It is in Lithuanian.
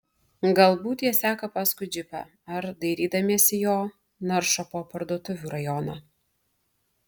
galbūt jie seka paskui džipą ar dairydamiesi jo naršo po parduotuvių rajoną